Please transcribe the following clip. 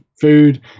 food